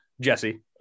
jesse